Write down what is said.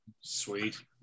Sweet